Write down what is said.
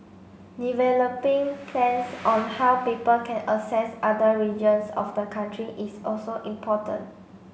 developing plans on how people can access other regions of the country is also important